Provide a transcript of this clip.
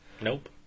Nope